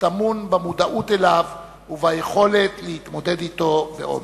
טמון במודעות אליו וביכולת להתמודד אתו באומץ.